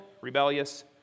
rebellious